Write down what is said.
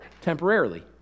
temporarily